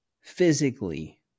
physically